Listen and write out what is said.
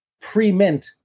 pre-mint